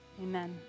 amen